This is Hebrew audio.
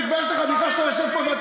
להבריח סמים בתפילין זה בסדר?